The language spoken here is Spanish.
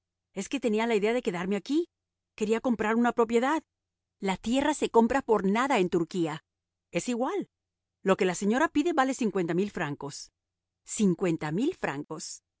es que tenía la idea de quedarme aquí quería comprar una propiedad la tierra se compra por nada en turquía es igual lo que la señora pide vale cincuenta mil francos cincuenta mil francos